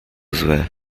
zły